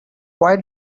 why